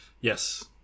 Yes